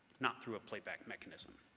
not through a playback mechanism.